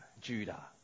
Judah